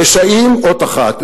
רשעים אות אחת,